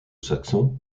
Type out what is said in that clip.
saxons